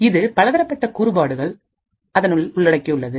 இது பலதரப்பட்ட கூறுபாடுகள் அதனுள் உள்ளடக்கியுள்ளது